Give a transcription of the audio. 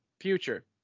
Future